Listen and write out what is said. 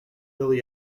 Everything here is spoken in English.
billy